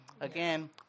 again